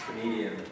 comedian